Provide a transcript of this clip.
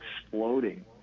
exploding